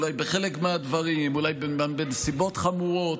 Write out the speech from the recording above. ואולי בחלק מהדברים ואולי בנסיבות חמורות.